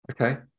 Okay